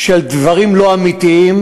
של דברים לא אמיתיים,